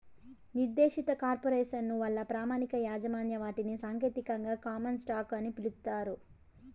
నిర్దేశిత కార్పొరేసను వల్ల ప్రామాణిక యాజమాన్య వాటాని సాంకేతికంగా కామన్ స్టాకు అని పిలుస్తారు